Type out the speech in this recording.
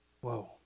Whoa